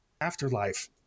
afterlife